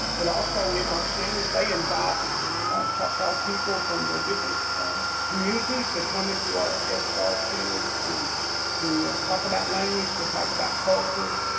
but also in our centers, they invite but choctaw people from their different communities to come into our head start centers to to talk about language. to talk about culture,